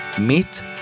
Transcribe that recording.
Meet